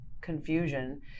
confusion